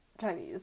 Chinese